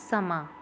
ਸਮਾਂ